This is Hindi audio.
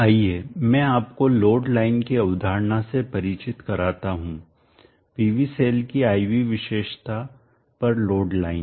आइए मैं आपको लोड लाइन की अवधारणा से परिचित कराता हूं PV सेल की I V विशेषता पर लोड लाइन